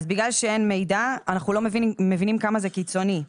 בגלל שאין מידע, אנחנו לא מבינים כמה זה קיצוני.